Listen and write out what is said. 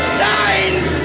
signs